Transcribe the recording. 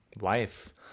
life